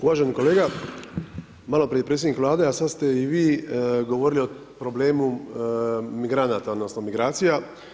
Uvaženi kolega, maloprije, predsjednik Vlade, a sad ste i vi govorili o problemu migranata, odnosno, migracija.